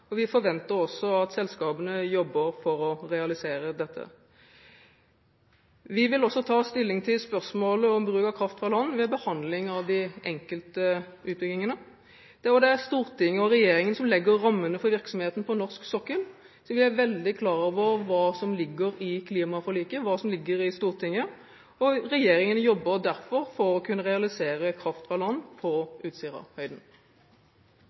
og vi forventer også at selskapene jobber for å realisere dette. Vi vil også ta stilling til spørsmålet om bruk av kraft fra land ved behandling av de enkelte utbyggingene. Det er Stortinget og regjeringen som legger rammene for virksomheten på norsk sokkel, og vi er veldig klar over hva som ligger i klimaforliket, hva som ligger i Stortinget, og regjeringen jobber derfor for å kunne realisere kraft fra land på Utsirahøyden.